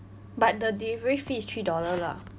but the delivery fee is three dollar lah